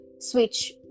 switch